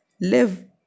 live